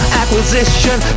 acquisition